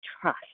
trust